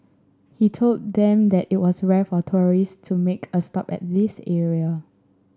he told them that it was rare for tourist to make a stop at this area